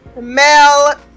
Mel